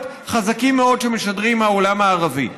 חזקים מאוד שמשדרים מהעולם הערבי.